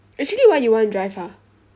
actually why you wanna drive ah